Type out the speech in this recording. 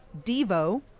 Devo